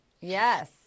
Yes